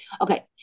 Okay